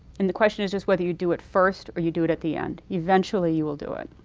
and the question is just whether you do it first or you do it at the end. eventually, you will do it.